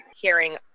hearing